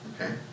Okay